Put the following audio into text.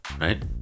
Right